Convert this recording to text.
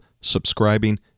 subscribing